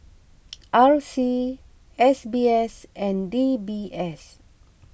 R C S B S and D B S